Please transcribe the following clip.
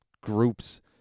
groups